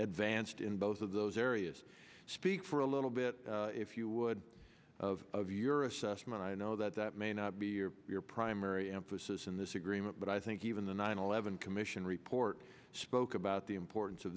advanced in both of those areas speak for a little bit if you would of of your assessment i know that may not be your primary emphasis in this agreement but i think even the nine eleven commission report spoke about the importance of